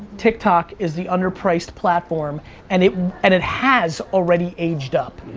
tiktok is the under-priced platform and it and it has already aged up.